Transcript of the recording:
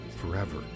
Forever